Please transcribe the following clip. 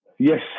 Yes